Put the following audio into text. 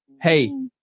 Hey